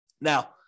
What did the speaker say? Now